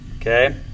Okay